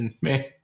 man